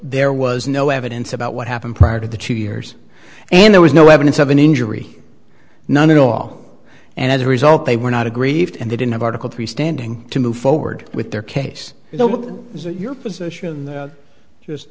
there was no evidence about what happened prior to the two years and there was no evidence of an injury none at all and as a result they were not aggrieved and they didn't have article three standing to move forward with their case is that your position just